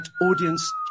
audience